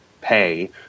pay